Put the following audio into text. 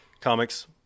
comics